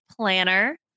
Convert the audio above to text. planner